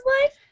life